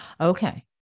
Okay